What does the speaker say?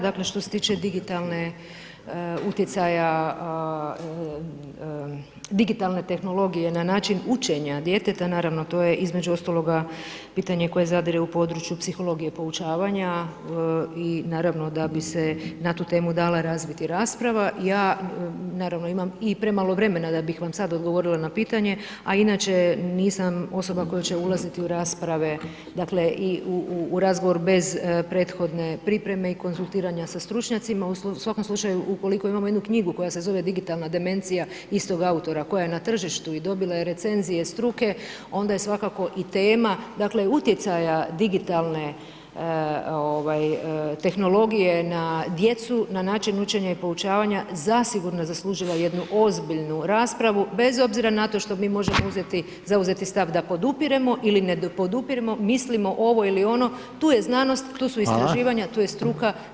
Dakle što se tiče digitalne, utjecaja digitalne tehnologije na način učenja djeteta naravno to je između ostaloga pitanje koje zadire u područje psihologije poučavanja i naravno da bi se na tu temu dala razviti rasprava ja naravno imam premalo vremena da bih vam sada odgovorila na pitanje, a inače nisam osoba koja će ulaziti u rasprave i bez prethodne pripreme i konzultiranja sa stručnjacima, u svakom slučaju ukoliko imamo jednu knjigu koja se zove Digitalna demencija istog autora koja je na tržištu i dobila je recenzije struke onda je svako i tema, dakle utjecaja digitalne tehnologije na djecu na način učenja i poučavanja zasigurno zaslužila jednu ozbiljnu raspravu bez obzira na to što mi možemo uzeti, zauzeti stav da podupiremo ili ne podupiremo mislimo ovo ili ono tu je znanost tu su [[Upadica: Hvala.]] istraživanja, tu je struka da kaže konačno svoje.